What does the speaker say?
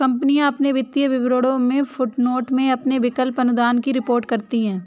कंपनियां अपने वित्तीय विवरणों में फुटनोट में अपने विकल्प अनुदान की रिपोर्ट करती हैं